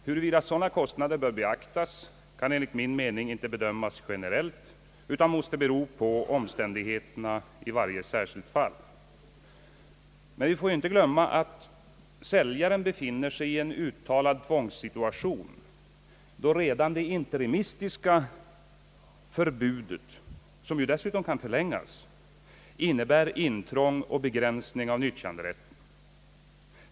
Huruvida sådana kostnader bör beaktas kan enligt min mening inte bedömas generellt utan måste bero på omständigheterna i varje enskilt fall.» Vi får dock inte glömma att säljaren befinner sig i en uttalad tvångssituation, eftersom redan det interimistiska förbudet — som dessutom kan förlängas — innebär intrång och begränsning av nyttjanderätten.